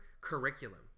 curriculum